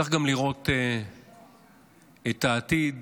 צריך גם לראות את העתיד